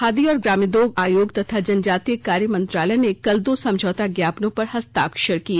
खादी और ग्रामोद्योग आयोग तथा जनजातीय कार्य मंत्रालय ने कल दो समझौता ज्ञापनों पर हस्ताक्षर किए